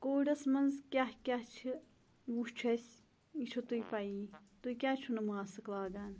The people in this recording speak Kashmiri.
کووِڈَس مَنٛز کیاہ کیاہ چھِ وٕچھ اَسہِ یہِ چھو تُہۍ پَیی تُہۍ کیازِ چھو نہٕ ماسک لاگان